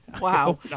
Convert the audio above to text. Wow